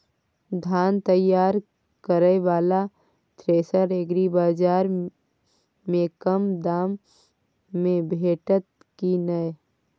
धान तैयार करय वाला थ्रेसर एग्रीबाजार में कम दाम में भेटत की नय?